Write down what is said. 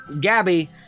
Gabby